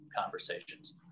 conversations